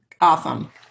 Awesome